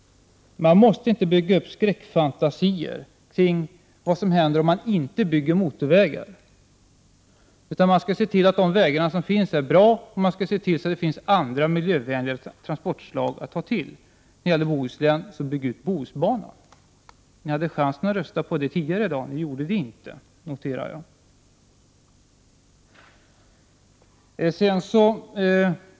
Man måste inte bygga upp skräckfantasier kring vad som händer om man inte bygger motorvägar, utan man skall se till att de vägar som finns är bra, och man skall se till att det finns andra miljövänliga transportslag att ta till. När det gäller Bohuslän borde man bygga ut Bohusbanan. Socialdemokraterna hade chansen att rösta på den tidigare i dag. Men jag noterade att de inte gjorde det.